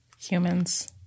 Humans